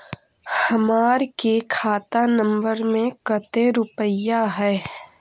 हमार के खाता नंबर में कते रूपैया है?